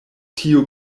tiu